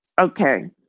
Okay